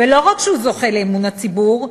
ולא רק שהוא זוכה לאמון הציבור,